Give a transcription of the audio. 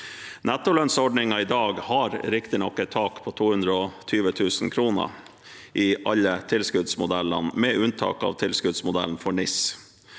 Nettolønnsordningen i dag har riktignok et tak på 220 000 kr i alle tilskuddsmodellene, med unntak av tilskuddsmodellen for NIS.